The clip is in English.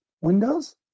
windows